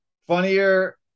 funnier